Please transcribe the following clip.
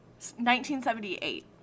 1978